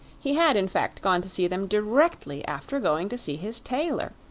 he had, in fact, gone to see them directly after going to see his tailor,